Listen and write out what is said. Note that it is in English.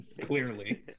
clearly